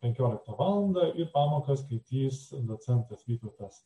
penkioliktą valandą į pamoką skaitys docentas vytautas